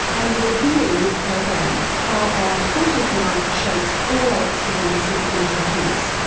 and we'll hear in this program how our unconscious mind shapes all our experiences and judgements,